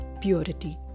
purity